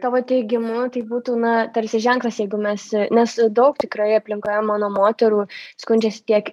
tavo teigimu tai būtų na tarsi ženklas jeigu mes nes daug tikrai aplinkoje mano moterų skundžiasi tiek